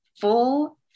full